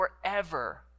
forever